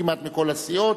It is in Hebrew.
כמעט מכל הסיעות.